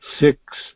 six